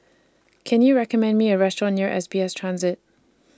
Can YOU recommend Me A Restaurant near S B S Transit